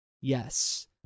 yes